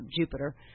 Jupiter